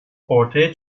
ortaya